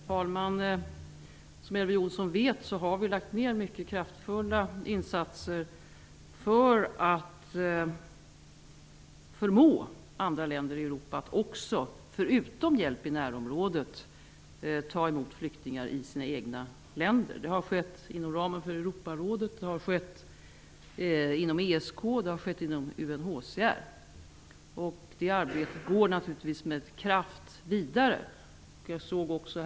Herr talman! Som Elver Jonsson vet har vi gjort mycket kraftfulla insatser för att förmå andra länder i Europa att -- förutom att ge hjälp i närområdet -- ta emot flyktingar i sina egna länder. Detta har skett inom ramen för Europarådet, inom ESK och inom UNHCR. Det arbetet går naturligtvis vidare med kraft.